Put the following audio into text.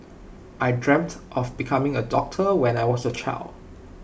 I dreamt of becoming A doctor when I was A child